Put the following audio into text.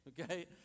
okay